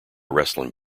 wrestling